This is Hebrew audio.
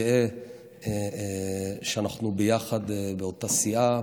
גאה שאנחנו ביחד באותה סיעה,